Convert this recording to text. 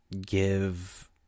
give